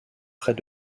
près